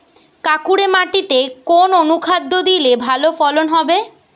কাঁকুরে মাটিতে কোন অনুখাদ্য দিলে ভালো ফলন হবে?